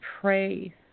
pray